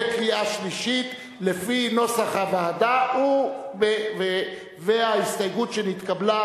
בקריאה שלישית לפי נוסח הוועדה וההסתייגות שנתקבלה.